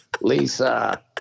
Lisa